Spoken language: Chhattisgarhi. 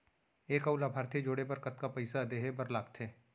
एक अऊ लाभार्थी जोड़े बर कतका पइसा देहे बर लागथे?